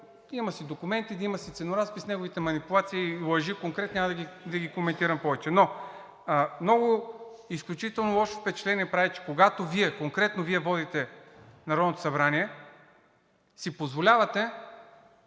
Има си документи, има си ценоразпис, неговите манипулации и лъжи конкретно няма да ги коментирам повече, но изключително много лошо впечатление правите, когато конкретно Вие водите Народното събрание, си позволявате